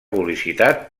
publicitat